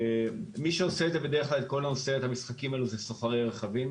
מי שעושה את המשחקים האלה זה בעיקר סוחרי רכבים,